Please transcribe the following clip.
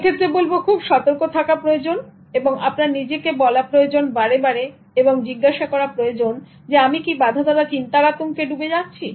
এক্ষেত্রে বলব খুব সতর্ক থাকা প্রয়োজন এবং আপনার নিজেকে বলা প্রয়োজন বারে বারে এবং জিজ্ঞাসা করা প্রয়োজন আমি কি বাঁধাধরা চিন্তার আতঙ্কে ডুবে যাচ্ছি